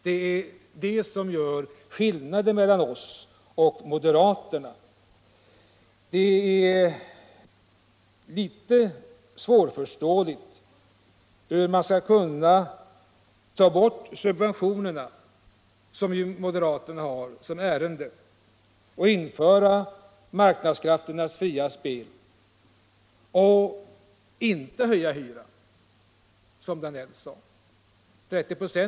Det är det som gör:skillnaden mellan oss och moderaterna. Det är litet svårt att förstå hur man skall kunna ta bort subventionerna, som moderaterna föreslår, och införa marknadskrafternas fria spel, men inte höja hyran, som herr Danell sade.